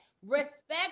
Respect